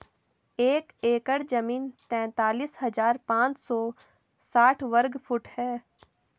एक एकड़ जमीन तैंतालीस हजार पांच सौ साठ वर्ग फुट है